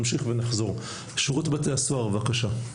שירות בתי הסוהר, בבקשה.